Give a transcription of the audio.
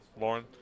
Lauren